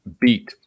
beat